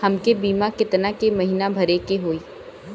हमके बीमा केतना के महीना भरे के होई?